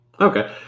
Okay